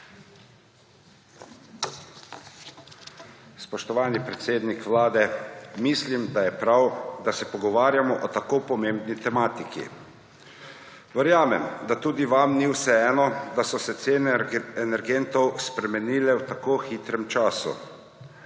Spoštovani predsednik Vlade, mislim, da je prav, da se pogovarjamo o tako pomembni tematiki. Verjamem, da tudi vam ni vseeno, da so se cene energentov spremenile v tako hitrem času.